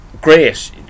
great